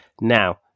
Now